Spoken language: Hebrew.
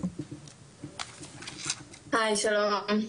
היי, שלום.